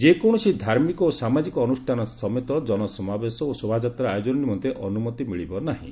ଯେକୌଣସି ଧାର୍ମିକ ଓ ସାମାଜିକ ଅନୁଷ୍ଠାନ ସମେତ କନସମାବେଶ ଓ ଶୋଭାଯାତ୍ରା ଆୟୋଜନ ନିମନ୍ତେ ଅନୁମତି ମିଳିବ ନାହିଁ